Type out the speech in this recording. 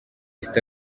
east